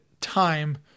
time